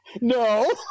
no